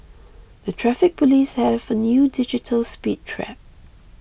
the Traffic Police have a new digital speed trap